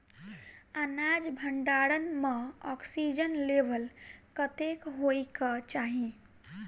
अनाज भण्डारण म ऑक्सीजन लेवल कतेक होइ कऽ चाहि?